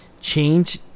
change